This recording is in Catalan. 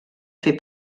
fer